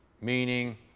meaning